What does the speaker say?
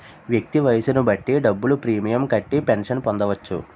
వ్యక్తి వయస్సును బట్టి డబ్బులు ప్రీమియం కట్టి పెన్షన్ పొందవచ్చు